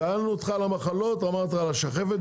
שאלנו אותך על המחלות אמרת על השחפת,